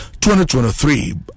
2023